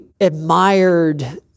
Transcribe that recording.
admired